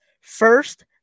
first